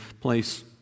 place